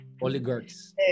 Oligarchs